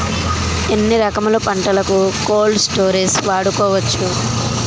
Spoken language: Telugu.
ఎన్ని రకములు పంటలకు కోల్డ్ స్టోరేజ్ వాడుకోవచ్చు?